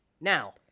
Now